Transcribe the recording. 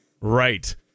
Right